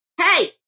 Hey